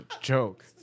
joke